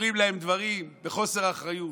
אומרים להם דברים בחוסר אחריות.